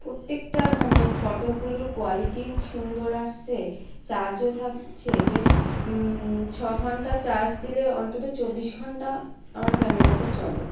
প্রত্যেকটা মানে ফটোগুলোর কোয়ালিটিও সুন্দর আসছে চার্জও থাকছে বেশ ছয ঘন্টা চার্জ দিলে অন্তত চব্বিশ ঘন্টা আমার ক্যামেরাটা চলে